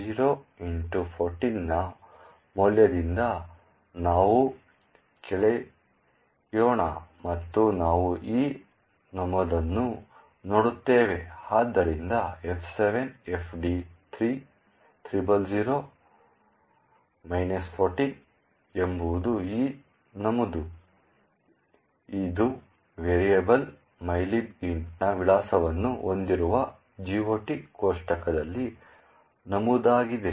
ಆದ್ದರಿಂದ 0x14 ನ ಮೌಲ್ಯದಿಂದ ನಾವು ಕಳೆಯೋಣ ಮತ್ತು ನಾವು ಈ ನಮೂದನ್ನು ನೋಡುತ್ತೇವೆ ಆದ್ದರಿಂದ F7FD3000 14 ಎಂಬುದು ಈ ನಮೂದು ಇದು ವೇರಿಯೇಬಲ್ mylib int ನ ವಿಳಾಸವನ್ನು ಹೊಂದಿರುವ GOT ಕೋಷ್ಟಕದಲ್ಲಿ ನಮೂದಾಗಿದೆ